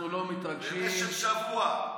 במשך שבוע.